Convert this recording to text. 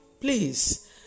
please